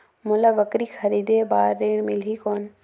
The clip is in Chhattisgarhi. मोला बकरी खरीदे बार ऋण मिलही कौन?